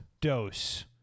dose